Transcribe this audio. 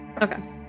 Okay